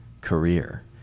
career